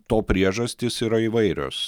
to priežastys yra įvairios